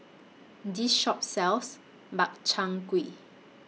This Shop sells Makchang Gui